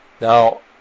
now